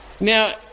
Now